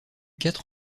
quatre